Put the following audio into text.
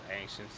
anxious